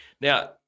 Now